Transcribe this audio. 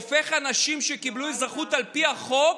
הופך אנשים שקיבלו אזרחות על פי החוק